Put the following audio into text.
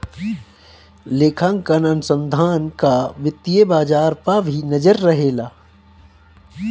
लेखांकन अनुसंधान कअ वित्तीय बाजार पअ भी नजर रहेला